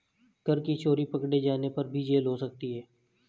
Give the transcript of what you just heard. कर की चोरी पकडे़ जाने पर जेल भी हो सकती है